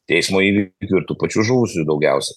teismo įvykių ir tų pačių žuvusiųjų daugiausiai